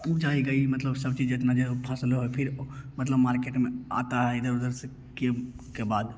उपजाई गई मतलब सब चीज़ इतना जो है फ़सल हुआ है फिर मतलब मार्केट में आता है इधर उधर से के के बाद